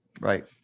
Right